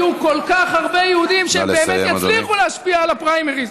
יהיו כל כך הרבה יהודים שבאמת יצליחו להשפיע על הפריימריז.